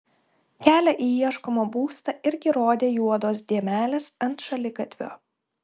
kelią į ieškomą būstą irgi rodė juodos dėmelės ant šaligatvio